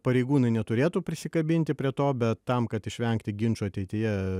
pareigūnai neturėtų prisikabinti prie to bet tam kad išvengti ginčų ateityje